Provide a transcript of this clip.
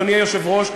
אדוני היושב-ראש,